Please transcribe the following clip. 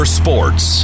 sports